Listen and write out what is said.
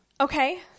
Okay